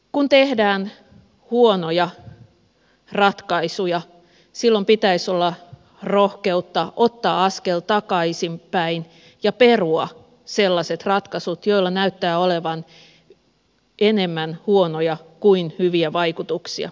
kun tehdään huonoja ratkaisuja silloin pitäisi olla rohkeutta ottaa askel takaisinpäin ja perua sellaiset ratkaisut joilla näyttää olevan enemmän huonoja kuin hyviä vaikutuksia